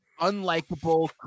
unlikable